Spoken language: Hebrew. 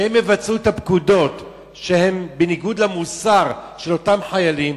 שהם יבצעו את הפקודות שהם בניגוד למוסר של אותם חיילים,